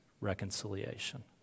reconciliation